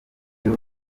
byo